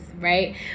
right